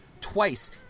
twice